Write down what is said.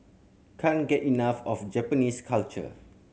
can't get enough of Japanese culture